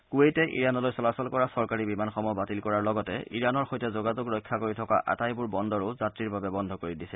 কূৱেইটে ইৰানলৈ চলাচল কৰা চৰকাৰী বিমানসমূহ বাতিল কৰাৰ লগতে ইৰানৰ সৈতে যোগাযোগ ৰক্ষা কৰি থকা আটাইবোৰ বন্দৰো যাত্ৰীৰ বাবে বন্ধ কৰি দিছে